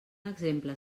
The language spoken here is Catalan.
exemple